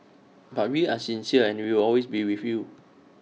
but we are sincere and we will always be with you